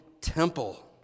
temple